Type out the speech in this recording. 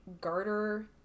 garter